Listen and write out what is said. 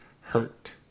hurt